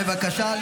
בבקשה.